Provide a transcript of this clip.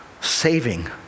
saving